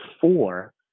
four